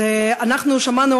אנחנו שמענו